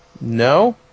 No